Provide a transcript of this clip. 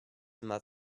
mother